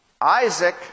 Isaac